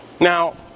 Now